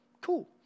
Cool